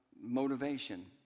motivation